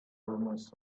rumors